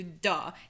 duh